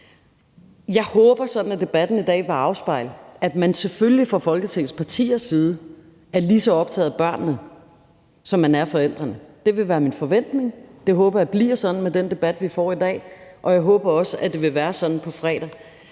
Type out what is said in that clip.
Jeg håber sådan, at debatten i dag vil afspejle, at man selvfølgelig fra Folketingets partiers side er lige så optaget af børnene, som man er af forældrene. Det vil være min forventning. Det håber jeg bliver sådan med den debat, vi får i dag, og jeg håber også, det vil være sådan på fredag,